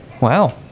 Wow